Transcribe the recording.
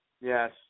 Yes